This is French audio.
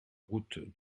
route